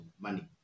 money